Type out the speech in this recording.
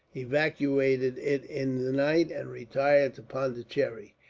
evacuated it in the night, and retired to pondicherry.